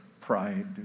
pride